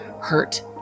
hurt